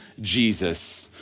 Jesus